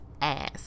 ass